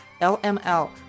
LML